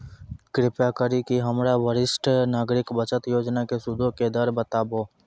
कृपा करि के हमरा वरिष्ठ नागरिक बचत योजना के सूदो के दर बताबो